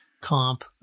comp